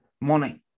money